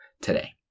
today